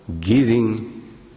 giving